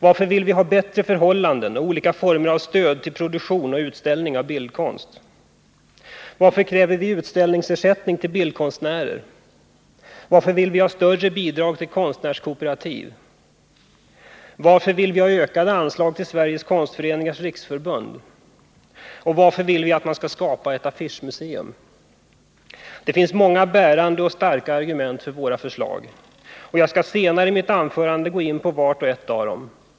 Varför vill vi ha bättre förhållanden och olika former av stöd till produktion och utställning av bildkonst? Varför kräver vi utställningsersättning till bildkonstnärer? Varför vill vi ha större bidrag till konstnärskooperativ? Varför vill vi ha ökade anslag till Sveriges konstföreningars riksförbund? Och varför vill vi att man skall skapa ett affischmuseum? Det finns många bärande och starka argument för våra förslag. Jag skall senare i mitt anförande gå in på vart och ett av dem.